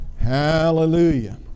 Hallelujah